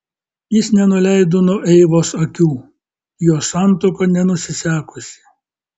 jis nenuleido nuo eivos akių jos santuoka nenusisekusi